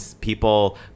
people